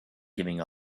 giving